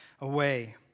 away